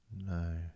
No